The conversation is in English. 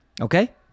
Okay